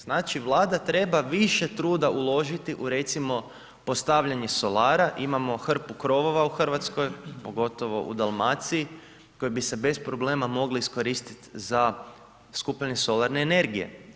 Znači Vlada treba više truda uložiti u recimo postavljanje solara, imamo hrpu krovova u Hrvatskoj, pogotovo u Dalmaciji koji bi se bez problema mogli iskoristi za skupljanje solarne energije.